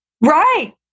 Right